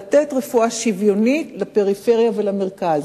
לתת רפואה שוויונית לפריפריה ולמרכז.